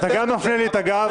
--- אתה גם מפנה לי את הגב.